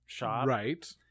Right